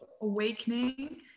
Awakening